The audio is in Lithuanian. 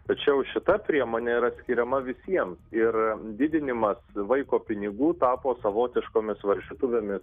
tačiau šita priemonė yra skiriama visiems ir didinimas vaiko pinigų tapo savotiškomis varžytuvėmis